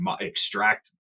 extract